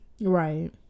Right